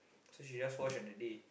so she just wash on that day